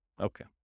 Okay